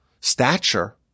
stature